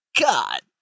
God